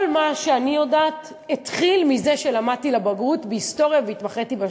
כל מה שאני יודעת התחיל מזה שלמדתי לבגרות בהיסטוריה והתמחיתי בשואה.